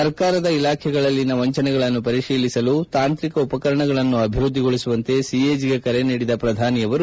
ಸರ್ಕಾರದ ಇಲಾಖೆಗಳಲ್ಲಿನ ವಂಚನೆಗಳನ್ನು ಪರಿಶೀಲಿಸಲು ತಾಂತ್ರಿಕ ಉಪಕರಣಗಳನ್ನು ಅಭಿವೃದ್ಲಿಗೊಳಿಸುವಂತೆ ಸಿಎಜಿಗೆ ಕರೆ ನೀಡಿದ ಅವರು